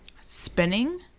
spinning